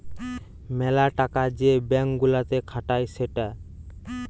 মেলা টাকা যে ব্যাঙ্ক গুলাতে খাটায় সেটা